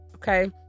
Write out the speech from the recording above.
Okay